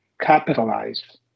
capitalize